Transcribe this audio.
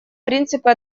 принципы